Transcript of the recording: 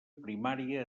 primària